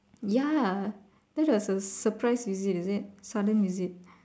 ya that was what surprise visit is it sudden visit